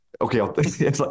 Okay